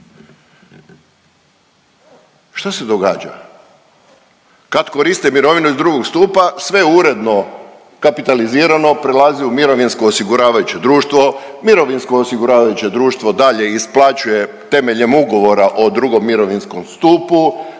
šta se događa? Kad koriste mirovinu iz drugog stupa sve uredno kapitalizirano, prelazi u mirovinsko osiguravajuće društvo. Mirovinsko osiguravajuće društvo dalje isplaćuje temeljem Ugovora o drugom mirovinskom stupu